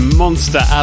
monster